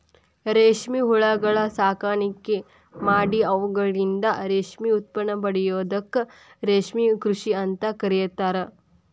ರೇಷ್ಮೆ ಹುಳಗಳ ಸಾಕಾಣಿಕೆ ಮಾಡಿ ಅವುಗಳಿಂದ ರೇಷ್ಮೆ ಉತ್ಪನ್ನ ಪಡೆಯೋದಕ್ಕ ರೇಷ್ಮೆ ಕೃಷಿ ಅಂತ ಕರೇತಾರ